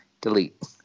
delete